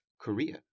Korea